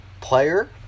player